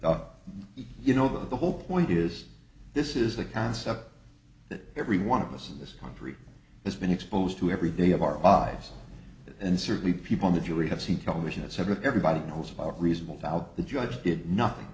it you know that the whole point is this is a concept that every one of us in this country has been exposed to every day of our eyes and certainly people on the jury have seen television etc everybody knows about reasonable doubt the judge did nothing